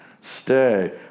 Stay